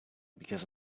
because